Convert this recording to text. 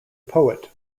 poet